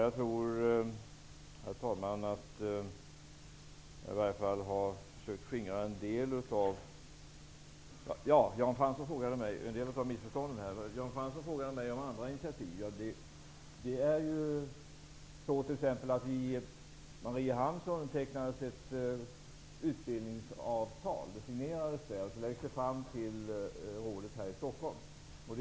Herr talman! Jag har försökt att skingra åtminstone en del av missförstånden i detta sammanhang. Jan Fransson frågade mig om andra initiativ. I Mariehamn signerades t.ex. ett utbildningsavtal, som skall läggas fram för Nordiska rådet under Stockholmssessionen.